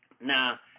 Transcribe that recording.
Now